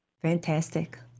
Fantastic